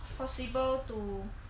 possible to